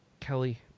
Kelly